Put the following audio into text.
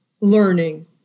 learning